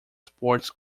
sports